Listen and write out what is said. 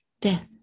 death